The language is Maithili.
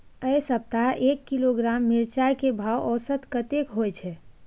ऐ सप्ताह एक किलोग्राम मिर्चाय के भाव औसत कतेक होय छै?